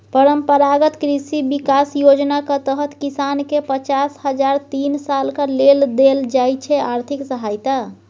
परंपरागत कृषि बिकास योजनाक तहत किसानकेँ पचास हजार तीन सालक लेल देल जाइ छै आर्थिक सहायता